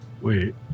Wait